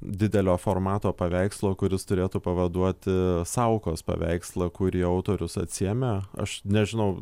didelio formato paveikslo kuris turėtų pavaduoti saukos paveikslą kurį autorius atsiėmė aš nežinau